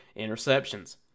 interceptions